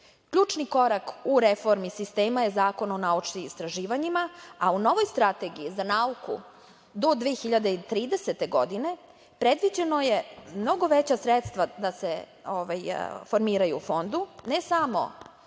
godina. Ključni korak u reformi sistema je Zakon o naučnim istraživanjima, a u novoj Strategiji za nauku do 2030. godine predviđeno je da se mnogo veća sredstva formiraju u Fondu ne samo